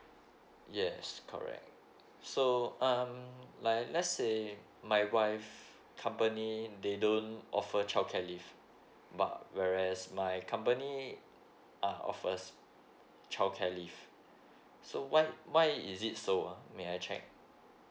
yes correct so um like let's say my wife company they don't offer child care leave but whereas my company uh offers child care leave so why why is it so oh may I check